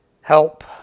help